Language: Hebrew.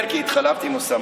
כן, כי התחלפתי עם אוסאמה.